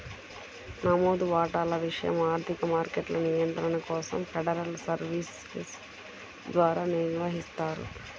నమోదు వాటాల విషయం ఆర్థిక మార్కెట్ల నియంత్రణ కోసం ఫెడరల్ సర్వీస్ ద్వారా నిర్వహిస్తారు